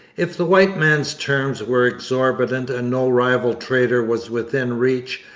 if the white man's terms were exorbitant and no rival trader was within reach,